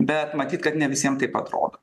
bet matyt kad ne visiem taip atrodo